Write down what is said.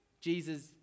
Jesus